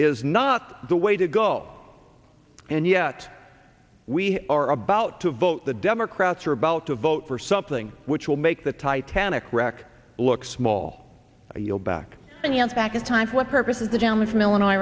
is not the way to go and yet we are about to vote the democrats are about to vote for something which will make the titanic wreck look small you know back in your back in time what purpose is the gentleman from illinois